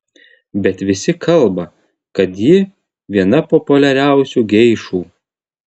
bet visi kalba kad ji viena populiariausių geišų